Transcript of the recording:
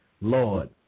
Lord